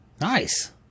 Nice